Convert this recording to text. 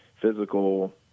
physical